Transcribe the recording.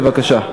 בבקשה.